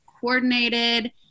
coordinated